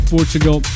Portugal